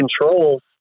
controls